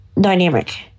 dynamic